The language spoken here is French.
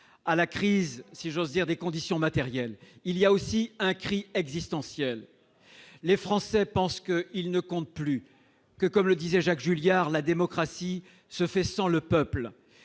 j'ose dire, à une crise des conditions matérielles. Elle est aussi un cri existentiel : les Français pensent qu'ils ne comptent plus et que, comme le disait Jacques Julliard, la démocratie se fait sans le peuple.